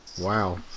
Wow